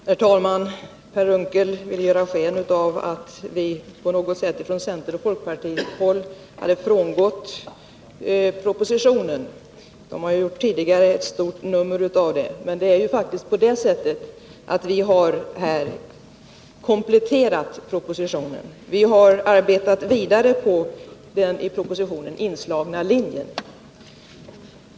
Herr talman! Per Unckel vill ge sken av att vi från centern och folkpartiet på något sätt frångått propositionen. Det har tidigare gjorts ett stort nummer av detta. Men det är faktiskt så att vi här kompletterat propositionen. Vi har arbetat vidare på den i propositionen uppdragna linjen.